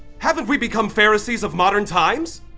haven't we become pharisees of modern times?